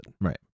Right